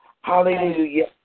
Hallelujah